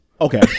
Okay